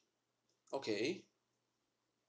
okay